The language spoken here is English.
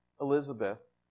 Elizabeth